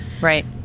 Right